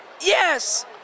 Yes